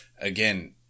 again